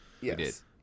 Yes